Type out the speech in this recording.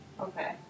Okay